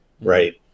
right